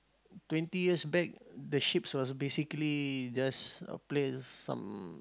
twenty years back the ship was basically just a place some